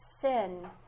Sin